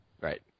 right